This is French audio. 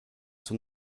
son